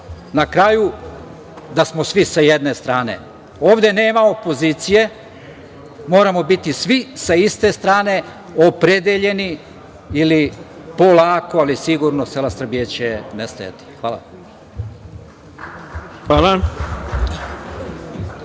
na kraju da smo svi sa jedne strane. Ovde nema opozicije. Moramo biti svi sa iste strane opredeljeni ili polako, ali sigurno sela Srbije će nestajati. Hvala.